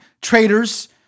traitors